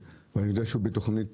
אני יודע שהוא בתוכנית